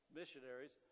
missionaries